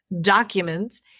documents